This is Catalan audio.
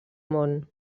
món